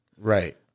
Right